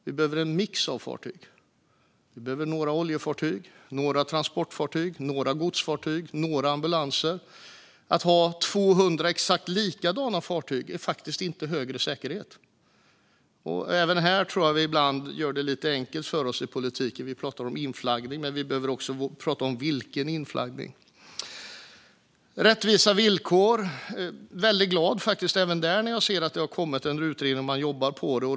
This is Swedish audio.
Vi behöver också en mix av fartyg. Vi behöver några oljefartyg, några transportfartyg, några godsfartyg och några ambulanser. Att ha 200 exakt likadana fartyg innebär faktiskt inte högre säkerhet. Även här tror jag att vi ibland gör det lite enkelt för oss i politiken. Vi pratar om inflaggning, men vi behöver också prata om vilken inflaggning. Sedan gäller det rättvisa villkor. Jag är faktiskt väldigt glad även när det gäller detta. Jag ser att det har kommit en utredning och att man jobbar med det här.